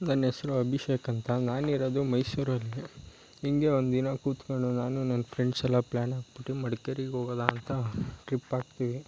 ನನ್ನ ಹೆಸರು ಅಭಿಷೇಕ್ ಅಂತ ನಾನು ಇರೋದು ಮೈಸೂರಲ್ಲಿ ಹೀಗೆ ಒಂದಿನ ಕೂತ್ಕೊಂಡು ನಾನು ನನ್ನ ಫ್ರೆಂಡ್ಸ್ ಎಲ್ಲ ಪ್ಲಾನ್ ಹಾಕ್ಬಿಟ್ಟು ಮಡ್ಕೇರಿಗೆ ಹೋಗುವಾ ಅಂತ ಟ್ರಿಪ್ ಹಾಕ್ತೀವಿ